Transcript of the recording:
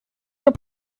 were